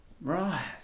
Right